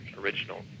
original